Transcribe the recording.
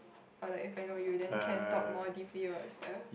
or like if I know you then can talk more deeply about stuff